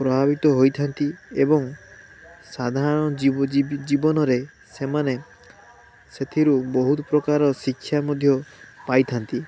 ପ୍ରଭାବିତ ହୋଇଥାନ୍ତି ଏବଂ ସାଧାରଣ ଜୀବନରେ ସେମାନେ ସେଥିରୁ ବହୁତ ପ୍ରକାର ଶିକ୍ଷା ମଧ୍ୟ ପାଇଥାନ୍ତି